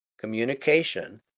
communication